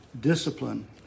discipline